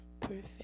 perfect